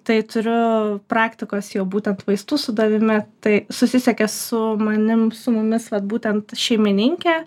tai turiu praktikos jau būtent vaistų sudavime tai susisiekė su manim su mumis vat būtent šeimininkė